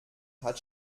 hat